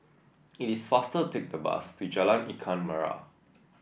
it is faster take the bus to Jalan Ikan Merah